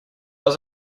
was